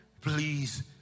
please